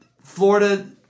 Florida